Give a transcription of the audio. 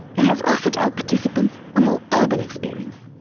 and has offered our participants a more urban experience.